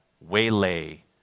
waylay